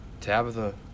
Tabitha